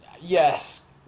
yes